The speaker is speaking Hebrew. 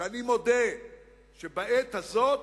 שאני מודה שבעת הזאת